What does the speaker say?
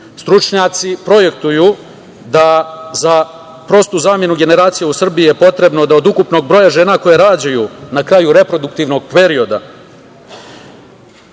Stručnjaci projektuju da za prostu zamenu generacija u Srbiji je potrebno da od ukupnog broja žena koje rađaju na kraju reproduktivnog perioda